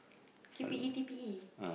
T_P_E T_P_E